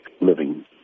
living